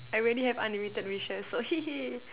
I already have unlimited wishes so hee hee